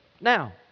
Now